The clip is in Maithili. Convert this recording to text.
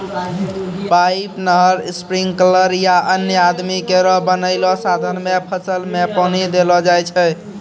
पाइप, नहर, स्प्रिंकलर या अन्य आदमी केरो बनैलो साधन सें फसल में पानी देलो जाय छै